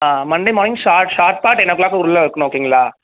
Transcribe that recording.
ஆ Monday morning ஷார் ஷார்ப்பா ten o'clock உள்ள இருக்கணும் ஓகேங்களா